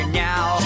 now